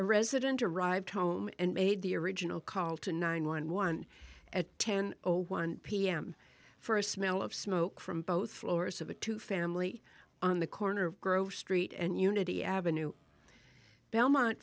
resident arrived home and made the original call to nine one one at ten o one pm for a smell of smoke from both lawrence of the two family on the corner of gross street and unity avenue belmont